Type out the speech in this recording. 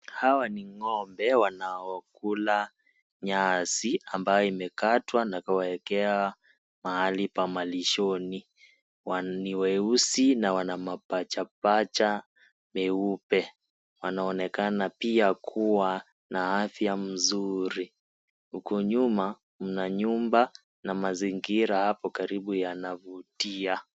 Hawa ni ng'ombe ambaye wanakula nyasi ambayo imekatwa na kuwawekea mahali pa malishoni ni weusi na wana mapachapacha meupe wanaonekana pia kuwa na afya mzuri huku nyuma mna nyumba na mazingira hapo karibu yanavutia.